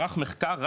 ערך מחקר,